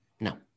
no